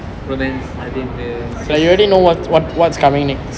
prevents I think the